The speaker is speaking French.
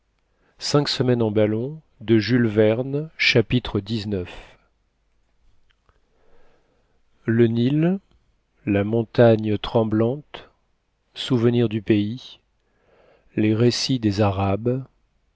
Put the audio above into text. chapitre xix le nil la montagne tremblante souvenir du pays les récits des arahes